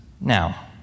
Now